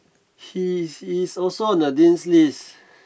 he he's also in the Dean's list